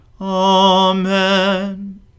Amen